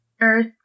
Earth